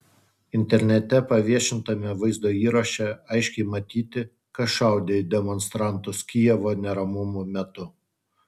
internete paviešintame vaizdo įraše aiškiai matyti kas šaudė į demonstrantus kijevo neramumų metu